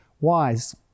wise